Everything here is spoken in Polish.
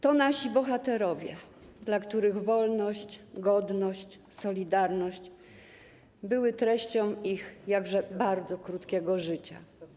To nasi bohaterowie, dla których wolność, godność, solidarność były treścią ich jakże krótkiego życia.